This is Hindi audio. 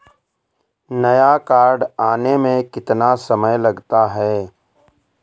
नया कार्ड आने में कितना समय लगता है?